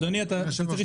אדוני היושב-ראש,